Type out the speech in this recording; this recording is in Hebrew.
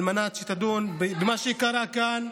על מנת שתדון במה שקרה כאן.